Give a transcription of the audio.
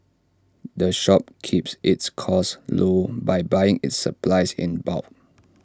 the shop keeps its costs low by buying its supplies in bulk